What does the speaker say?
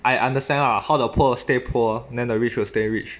I understand lah how the poor stay poor then the rich will stay rich